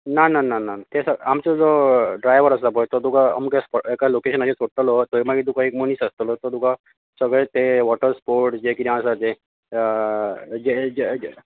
ना ना ना ना आमचो जो ड्रायवर आसा तो तुका अमक्या एका लोकेशनाचेर सोडटलो मागीर थंय तुका एक मनीस आसतलो तो तुका सगळे जे वोटर स्पोर्टस जे कितें आसा ते जे जे जे